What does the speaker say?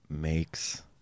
Makes